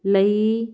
ਲਈ